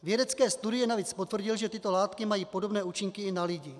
Vědecké studie navíc potvrdily, že tyto látky mají podobné účinky i na lidi.